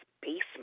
basement